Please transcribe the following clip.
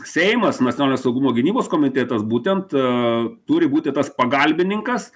seimas nacionalinio saugumo gynybos komitetas būtent a turi būti tas pagalbininkas